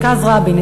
מרכז רבין,